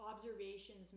observations